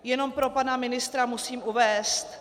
Jenom pro pana ministra musím uvést, že